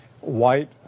white